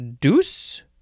deuce